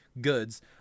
goods